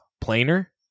planer